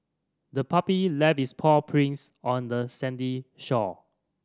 the puppy left its paw prints on the sandy shore